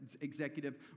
executive